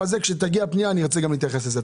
כשתגיע פנייה, אבקש להתייחס לזה.